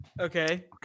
Okay